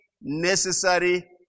necessary